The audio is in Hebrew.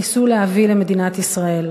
ניסו להביא למדינת ישראל.